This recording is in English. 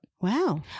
Wow